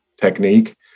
technique